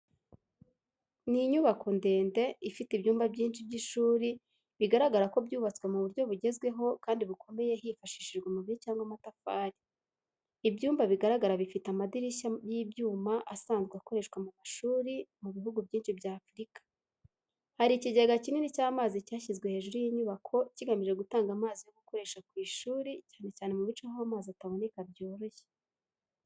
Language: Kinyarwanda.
Ni inyubako ndende ifite ibyumba byinshi by’ishuri, bigaragara ko byubatswe mu buryo bugezweho kandi bukomeye hifashishijwe amabuye cyangwa amatafari. Ibyumba bigaragara bifite amadirishya n’amadirishya y’ibyuma asanzwe akoreshwa mu mashuri mu bihugu byinshi bya Afurika. Hari ikigega kinini cy’amazi cyashyizwe hejuru y’inyubako, cyigamije gutanga amazi yo gukoresha ku ishuri cyane cyane mu bice aho amazi ataboneka byoroshye.